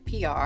PR